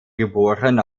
geboren